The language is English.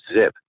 zip